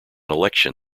election